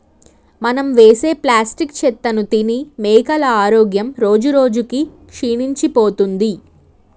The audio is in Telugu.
మనం వేసే ప్లాస్టిక్ చెత్తను తిని మేకల ఆరోగ్యం రోజురోజుకి క్షీణించిపోతుంది